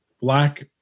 Black